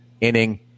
inning